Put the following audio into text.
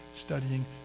studying